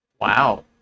Wow